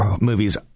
movies